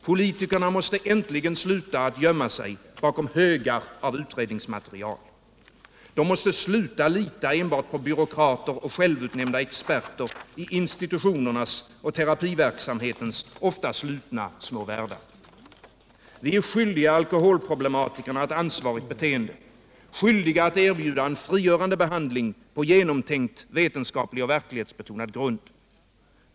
Politikerna måste äntligen sluta gömma sig bakom högar av utredningsmaterial. De måste sluta lita enbart på byråkrater och självutnämnda experter i institutionernas och terapiverksamhetens ofta slutna små världar. Vi är skyldiga alkoholproblematikerna ett ansvarigt beteende, skyldiga att erbjuda en frigörande behandling på genomtänkt, vetenskaplig och verklighetsbetonad grund.